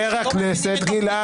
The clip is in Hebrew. אני שמח על החברותה בינך לבין סער.